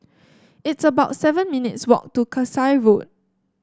it's about seven minutes' walk to Kasai Road